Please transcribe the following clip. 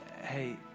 hey